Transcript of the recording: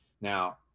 Now